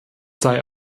sei